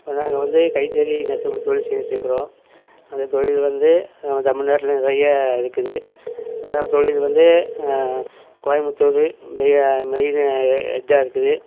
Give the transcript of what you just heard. இப்போ நாங்கள் வந்து கைத்தொழில் நெசவுத்தொழில் செஞ்சுட்ருக்கிறோம் அந்த தொழில் வந்து நம்ம தமிழ்நாட்டுல நிறைய இருக்குது அதனால் அந்த தொழில் வந்து கோயமுத்தூர் மெய மெயினு ஹெட்டாக இருக்குது